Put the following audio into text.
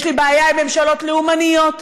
יש לי בעיה עם ממשלות לאומניות,